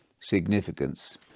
significance